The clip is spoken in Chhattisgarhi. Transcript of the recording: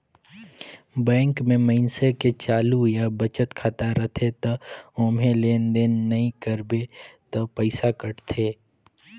बैंक में मइनसे के चालू या बचत खाता रथे त ओम्हे लेन देन नइ करबे त पइसा कटथे